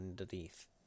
underneath